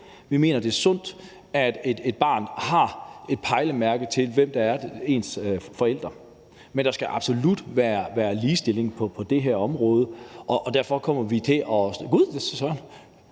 Vi mener, det er sundt, at et barn har et pejlemærke, med hensyn til hvem der er ens forældre. Men der skal absolut være ligestilling på det her område, og derfor kommer vi til at støtte det her.